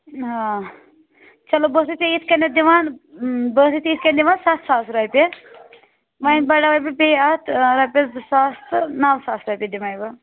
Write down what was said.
چلو بہٕ ٲس سَے ژےٚ یِتھ کٔنٮ۪تھ دِوان نِوان سَتھ ساس رۄپیہِ وَنۍ بَڑاوَے بہٕ ژےٚ یہِ اَتھ رۄپیَس زٕ ساس تہٕ نَو ساس رۄپیہِ دِمَے بہٕ